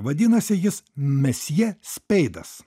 vadinasi jis mesjė speidas